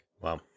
Wow